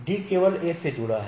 D केवल A से जुड़ा है